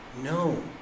No